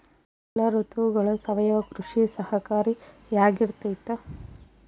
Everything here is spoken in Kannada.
ಎಲ್ಲ ಋತುಗಳಗ ಸಾವಯವ ಕೃಷಿ ಸಹಕಾರಿಯಾಗಿರ್ತೈತಾ?